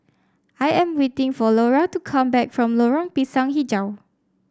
I am waiting for Laura to come back from Lorong Pisang hijau